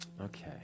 Okay